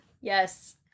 Yes